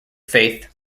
faith